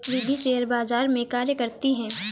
Riddhi share बाजार में कार्य करती है